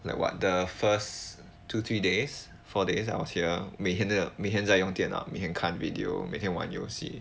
like what the first two three days four days I was here 我每天在用每天在用电脑每天看 video 每天玩游戏